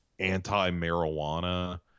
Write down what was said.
anti-marijuana